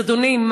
אדוני,